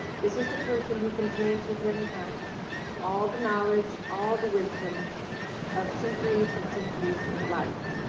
this is the person who contains within him all the knowledge, all the wisdom of centuries and centuries of life,